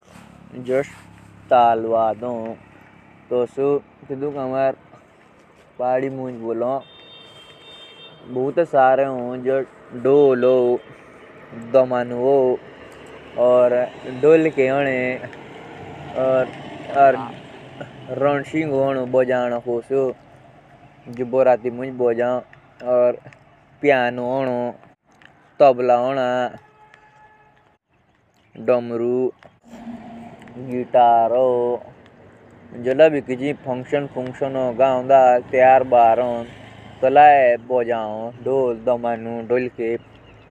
जो तळ वड भी हो श्री आमारे गॉंव दो भौतों हो। जुष इभी ढोल हो दमाउं हो। खंजड़ी होने और गितार भी हो पो हो और बांसुरी भी हो पो। ज्यादा तर आमारे गॉंव दो एजे ही हो। और उको रणसिंघो हो।